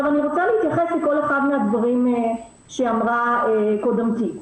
אני רוצה להתייחס לכל אחד מהדברים שאמרה קודמתי.